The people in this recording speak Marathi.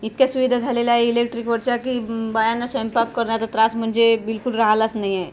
इतक्या सुविधा झालेल्या आहे इलेक्ट्रिकवरच्या की बायांना स्वयंपाक करण्याचा त्रास म्हणजे बिलकुल राहिलाच नाही आहे